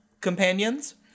companions